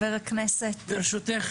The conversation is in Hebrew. ברשותך,